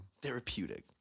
therapeutic